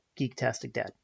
GeekTasticDad